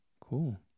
cool